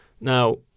Now